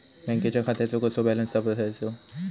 बँकेच्या खात्याचो कसो बॅलन्स तपासायचो?